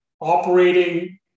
operating